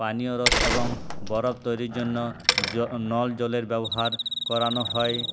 পানীয় রস এবং বরফ তৈরির জন্য জ নল জলের ব্যবহার করানো হয়